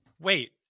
Wait